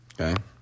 Okay